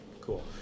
cool